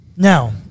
Now